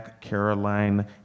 Caroline